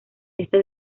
esta